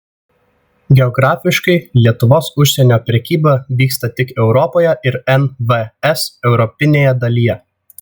geografiškai lietuvos užsienio prekyba vyksta tik europoje ir nvs europinėje dalyje